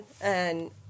and-